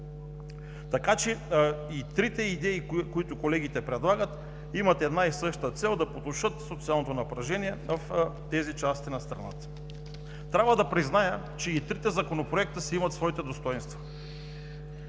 процес. И трите идеи, които колегите предлагат, имат една и съща цел – да потушат социалното напрежение в тези части на страната. Трябва да призная, че и трите законопроекта си имат своите достойнства.